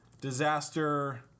disaster